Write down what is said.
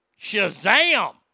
Shazam